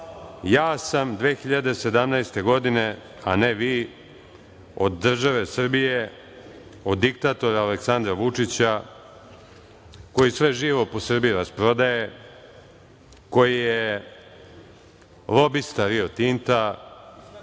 Ja sam 2017. godine, a ne vi, od države Srbije, od diktatora Aleksandra Vučića, koji sve živo po Srbiji rasprodaje, koji je lobista „Rio Tinta“,